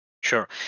Sure